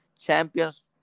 Champions